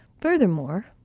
Furthermore